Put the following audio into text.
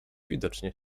widocznie